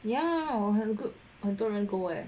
ya 很 good 很多人 go eh